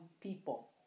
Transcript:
people